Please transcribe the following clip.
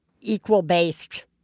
equal-based